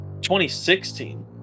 2016